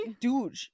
dude